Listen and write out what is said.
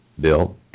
Bill